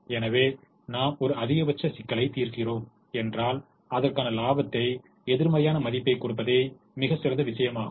எனவே நாம் ஒரு அதிகபட்ச சிக்கலைத் தீர்க்கிறோம் என்றால் அதற்கான இலாபத்தை எதிர்மறையான மதிப்பைக் கொடுப்பதே மிகச் சிறந்த விஷயமாகும்